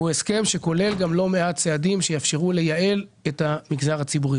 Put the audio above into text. והוא הסכם שכולל גם לא מעט צעדים שיאפשרו לייעל את המגזר הציבורי.